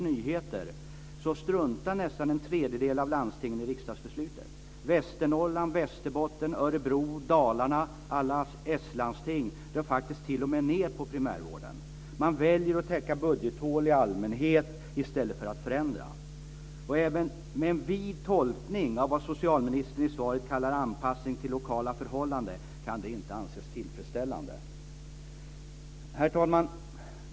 Nyheter, struntar nästan en tredjedel av landstingen i riksdagsbeslutet. Västernorrland, Västerbotten, Örebro, Dalarna - alla s-landsting - drar faktiskt t.o.m. ned på primärvården. De väljer att täcka budgethål i allmänhet i stället för att förändra. Även med en vid tolkning av vad socialministern i svaret kallar anpassning till lokala förhållanden kan det inte anses tillfredsställande. Herr talman!